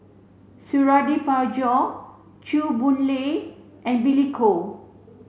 Suradi Parjo Chew Boon Lay and Billy Koh